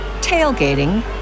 tailgating